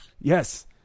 Yes